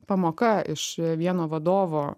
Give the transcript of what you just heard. pamoka iš vieno vadovo